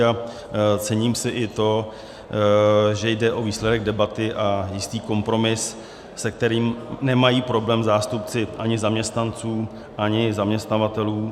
A cením si i to, že jde o výsledek debaty a jistý kompromis, se kterým nemají problém zástupci ani zaměstnanců, ani zaměstnavatelů.